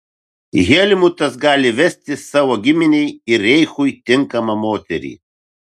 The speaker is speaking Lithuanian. helmutas gali vesti savo giminei ir reichui tinkamą moterį